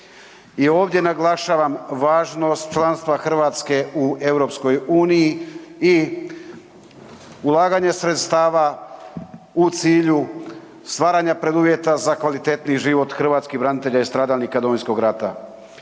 I ovdje naglašavam važnost članstva Hrvatske u EU i ulaganje sredstava u cilju stvaranja preduvjeta za kvalitetniji život hrvatskih branitelja i stradalnika Domovinskog rata.